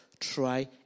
try